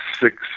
six